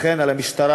לכן על המשטרה,